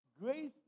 Grace